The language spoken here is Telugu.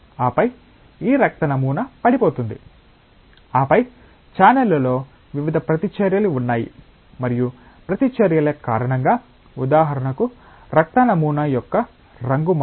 ఆపై ఈ రక్త నమూనా పడిపోతుంది ఆపై ఛానెళ్లలో వివిధ ప్రతిచర్యలు ఉన్నాయి మరియు ప్రతిచర్యల కారణంగా ఉదాహరణకు రక్త నమూనా యొక్క రంగు మార్పు